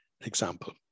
example